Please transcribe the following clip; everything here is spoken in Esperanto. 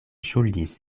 ŝuldis